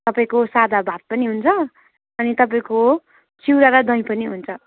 तपाईँको सादा भात पनि हुन्छ अनि तपाईँको चिउरा र दही पनि हुन्छ